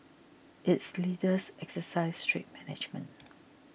its leaders exercise strict management